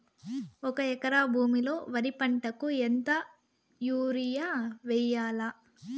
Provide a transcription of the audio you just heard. ఒక ఎకరా భూమిలో వరి పంటకు ఎంత యూరియ వేయల్లా?